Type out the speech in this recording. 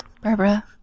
Barbara